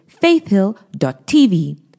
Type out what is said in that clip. faithhill.tv